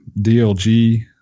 DLG